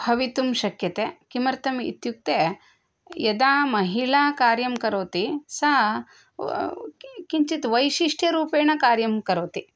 भवितुम् शक्यते किमर्थम् इत्युक्ते यदा महिला कार्यं करोति सा किञ्चित् वैशिष्टरूपेण कार्यं करोति